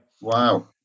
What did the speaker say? Wow